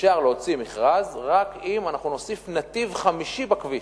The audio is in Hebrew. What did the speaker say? אפשר להוציא מכרז רק אם אנחנו נוסיף נתיב חמישי בכביש.